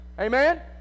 Amen